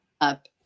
up